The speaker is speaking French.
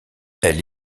elle